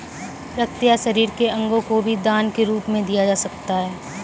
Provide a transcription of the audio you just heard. रक्त या शरीर के अंगों को भी दान के रूप में दिया जा सकता है